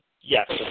yes